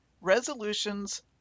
resolutions